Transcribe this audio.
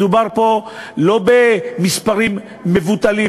מדובר פה לא במספרים מבוטלים,